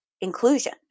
inclusion